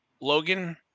Logan